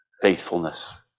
faithfulness